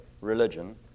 religion